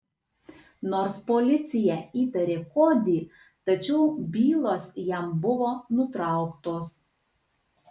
nors policija įtarė kodį tačiau bylos jam buvo nutrauktos